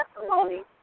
testimony